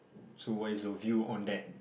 so what is your view on that